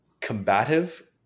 combative